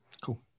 Cool